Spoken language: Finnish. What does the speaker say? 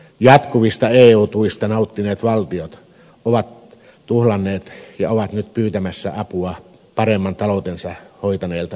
jatkuvista eu tuista nauttineet valtiot ovat tuhlanneet ja ovat nyt pyytämässä apua paremmin taloutensa hoitaneilta euromailta